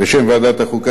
בשם ועדת החוקה,